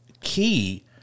key